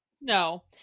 No